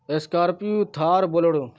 scorpio Thar bolero